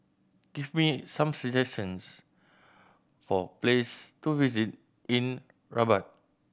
give me some suggestions for place to visit in Rabat